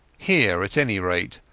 here, at any rate,